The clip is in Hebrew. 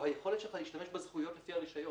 היכולת שלך להשתמש בזכויות לפי הרישיון.